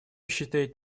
считает